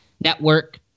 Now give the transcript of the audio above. network